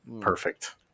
Perfect